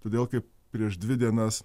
todėl kai prieš dvi dienas